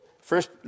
first